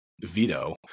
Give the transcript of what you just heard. Veto